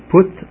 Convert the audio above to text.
put